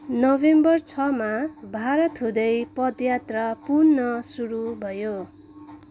November छ मा भारत हुँदै पदयात्रा पुन सुरु भयो